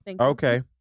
okay